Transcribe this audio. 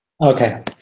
Okay